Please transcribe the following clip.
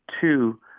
two